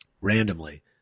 randomly